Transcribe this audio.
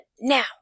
now